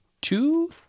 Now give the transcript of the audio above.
two